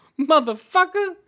Motherfucker